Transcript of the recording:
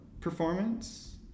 performance